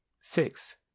six